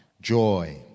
joy